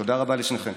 תודה רבה לשניכם.